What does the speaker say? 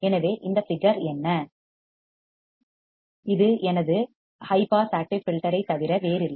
எனவே இந்த ஃபிகர் என்ன இது எனது ஹை பாஸ் ஆக்டிவ் ஃபில்டர் ஐத் தவிர வேறில்லை